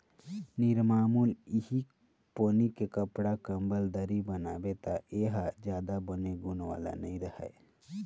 निरमामुल इहीं पोनी के कपड़ा, कंबल, दरी बनाबे त ए ह जादा बने गुन वाला नइ रहय